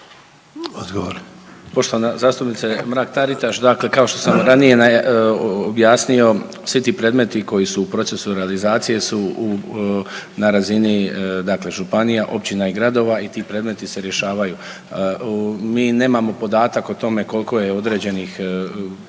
Tonči** Poštovana zastupnice Mrak Taritaš, dakle kao što sam ranije objasnio svi ti predmeti koji su u procesu realizacije su u, na razini dakle županija, općina i gradova i ti predmeti se rješavaju. Mi nemamo podatak o tome koliko je određenih,